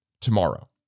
tomorrow